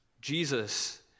Jesus